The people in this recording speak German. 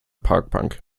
parkbank